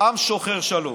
עם שוחר שלום,